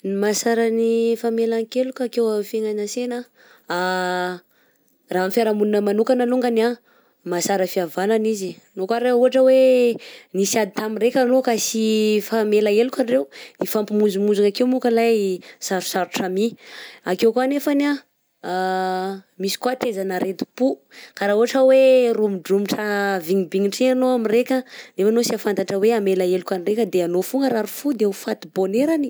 Ny mahasara ny famelan-keloka akeo amin'ny fiaignana ansena raha amy fiarahamonina manokana alongany a, mahasara fihavanana izy e, io koa raha ohatra hoe nisy ady tamin-dreka anao ka sy hifamela heloka andreo, ifampimonjimonjy akeo mo ka lahy sarosarotra mi, akeo koa nefany misy koa taizan'areti-po ka raha ohatra hoe romodromotra vinimbivignitra, enao amin'ny raika eo anao sy ahafantatra hamela heloka ny raika de anao fô harary fo de ho faty bonera agny.